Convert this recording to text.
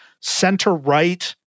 center-right